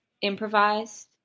improvised